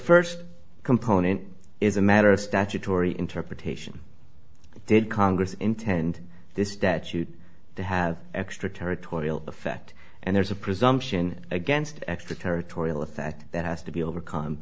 first component is a matter of statutory interpretation did congress intend this statute to have extraterritorial effect and there's a presumption against extraterritorial a fact that has to be overcome